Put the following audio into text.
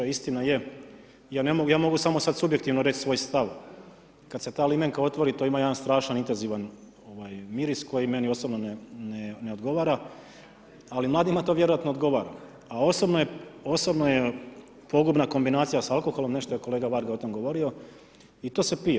Istina je, ja mogu sad samo subjektivno reći svoj stav, kad se ta limenka otvori, to ima jedan strašan intenzivan miris koji meni osobno ne odgovara, ali mladima to vjerojatno odgovara, a osobno je pogubna kombinacija s alkoholom, nešto je kolega Varga o tome govorio i to se pije.